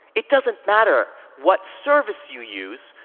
it doesn't matter what service you use.